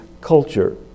culture